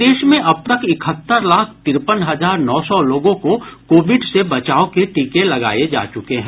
प्रदेश में अब तक इकहत्तर लाख तिरपन हजार नौ सौ लोगों को कोविड से बचाव के टीके लगाये जा चुके हैं